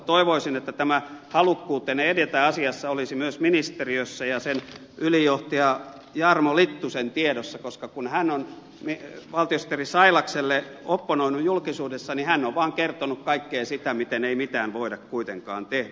toivoisin että tämä halukkuutenne edetä asiassa olisi myös ministeriössä ja sen ylijohtajalla jarmo littusella tiedossa koska kun hän on valtiosihteeri sailakselle opponoinut julkisuudessa niin hän on vaan kertonut kaiken niin että ei mitään voida kuitenkaan tehdä